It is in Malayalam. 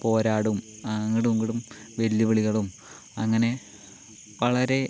പോരാടും അങ്ങടും ഇങ്ങടും വെല്ലിവിളികളും അങ്ങനെ വളരെ